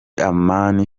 amani